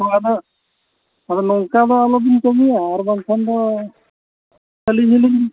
ᱦᱳᱭ ᱟᱫᱚ ᱦᱳᱭ ᱱᱚᱝᱠᱟ ᱫᱚ ᱟᱞᱚ ᱵᱤᱱ ᱠᱟᱹᱢᱤᱭᱟ ᱟᱨ ᱵᱟᱝᱠᱷᱟᱱ ᱫᱚ ᱟᱹᱞᱤᱧ ᱦᱚᱸ ᱞᱤᱧ